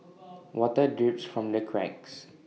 water drips from the cracks